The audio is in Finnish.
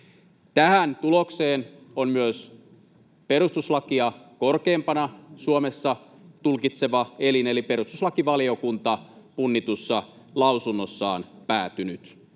Tähän tulokseen on myös perustuslakia korkeimpana Suomessa tulkitseva elin eli perustuslakivaliokunta punnitussa lausunnossaan päätynyt.